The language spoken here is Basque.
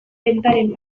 bentaren